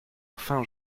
enfin